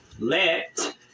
Let